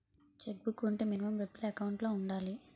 Check book వుంటే minimum డబ్బులు account లో ఉండాలి?